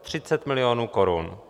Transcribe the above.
Třicet milionů korun.